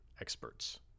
experts